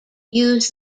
use